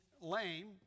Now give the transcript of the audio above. lame